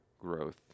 growth